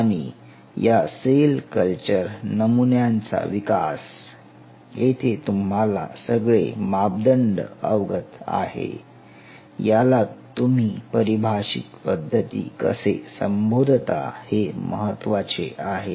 आणि या cell culture नमुन्यांचा विकास येथे तुम्हाला सगळे मापदंड अवगत आहे याला तुम्ही परिभाषित पद्धती कसे संबोधता हे महत्वाचे आहे